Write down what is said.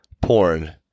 Porn